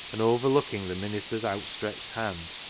and overlooking the minister's out stretched hand,